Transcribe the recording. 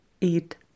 eat